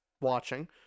watching